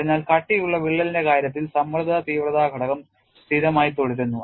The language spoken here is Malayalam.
അതിനാൽ കട്ടിയുള്ള വിള്ളലിന്റെ കാര്യത്തിൽ സമ്മർദ്ദ തീവ്രത ഘടകം സ്ഥിരമായി തുടരുന്നു